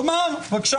תאמר, בבקשה.